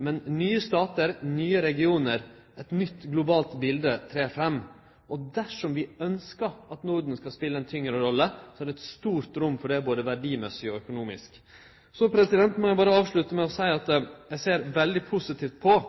men nye statar, nye regionar, eit nytt globalt bilete trer fram, og dersom vi ønskjer at Norden skal spele ei tyngre rolle, er det eit stort rom for det både verdimessig og økonomisk. Så må eg berre avslutte med å seie at eg ser veldig positivt på